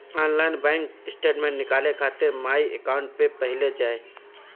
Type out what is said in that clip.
online bank statement निकाले खातिर my account पे पहिले जाए